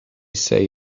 say